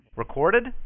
recorded